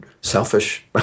selfish